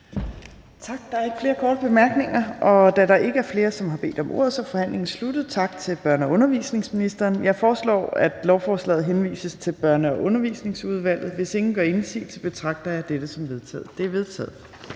Tak til børne- og undervisningsministeren. Da der ikke er flere, som har bedt om ordet, er forhandlingen sluttet. Jeg foreslår, at lovforslaget henvises til Børne- og Undervisningsudvalget. Hvis ingen gør indsigelse, betragter jeg dette som vedtaget. Det er vedtaget.